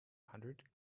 hundred